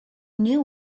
knew